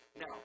Now